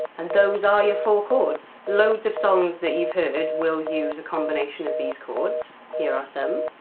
and those are your four chords. loads of songs that you've heard will use a combination of these chords. here are some.